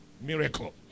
miracle